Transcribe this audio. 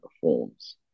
performs